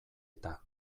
eta